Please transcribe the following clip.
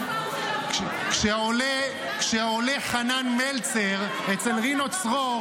--- כשעולה חנן מלצר אצל רינו צרור